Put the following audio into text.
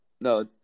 No